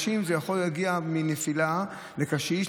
זה יכול להגיע לנפילה של קשיש,